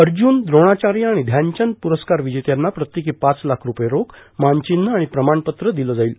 अर्जुन द्रोणाचार्य आणि ध्यानचंद प्रस्कार विजेत्यांना प्रत्येकी पाच लाख रुपये रोख मानचिन्ह आणि प्रमाणपत्र दिले जातील